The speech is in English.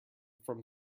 from